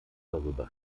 darüber